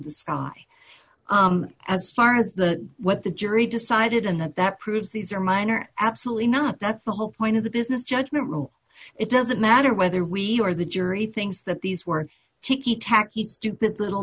the sky as far as the what the jury decided on that that proves these are minor absolutely not that's the whole point of the business judgment rule it doesn't matter whether we are the jury things that these were ticky tacky stupid little